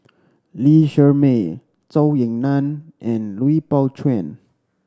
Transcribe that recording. Lee Shermay Zhou Ying Nan and Lui Pao Chuen